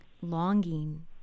longing